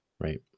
Right